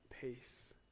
peace